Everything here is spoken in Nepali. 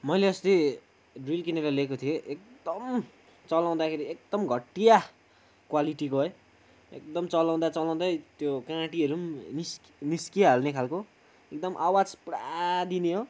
मैले अस्ति ड्रिल किनेर ल्याएको थिएँ एकदम चलाउँदाखेरि एकदम घटिया क्वालिटीको है एकदम चलाउँदा चलाउँदै त्यो काँटिहरू पनि निस् निस्किहाल्ने खालको एकदम आवाज पुरा दिने हो